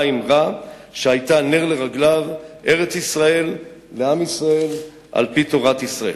האמרה שהיתה נר לרגליו: "ארץ-ישראל לעם ישראל לפי תורת ישראל".